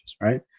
Right